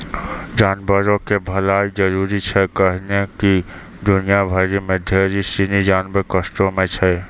जानवरो के भलाइ जरुरी छै कैहने कि दुनिया भरि मे ढेरी सिनी जानवर कष्टो मे छै